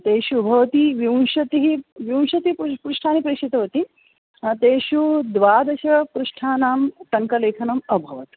तेषु भवती विंशतिः विंशतिः पृष्ठानि प्रेषितवती तेषु द्वादशपृष्ठानां टङ्कलेखनम् अभवत्